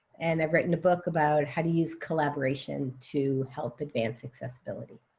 and i've written a book about how to use collaboration to help advance accessibility.